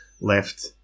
left